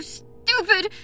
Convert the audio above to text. stupid